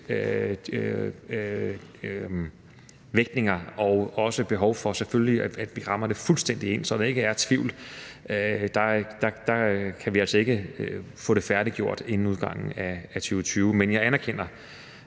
vægtninger og behov for, at vi selvfølgelig rammer det fuldstændigt ind, så der ikke er tvivl, få det færdiggjort inden udgangen af 2020. Men jeg anerkender